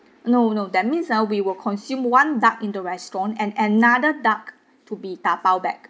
no no that means ah we will consume one duck in the restaurant and another duck to be dabao back